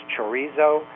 chorizo